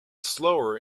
slower